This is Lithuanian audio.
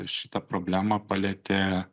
šitą problemą palietė